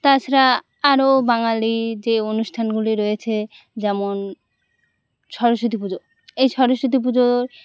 তাছাড়া আরও বাঙালি যে অনুষ্ঠানগুলি রয়েছে যেমন সরস্বতী পুজো এই সরস্বতী পুজোর